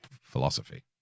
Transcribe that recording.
Philosophy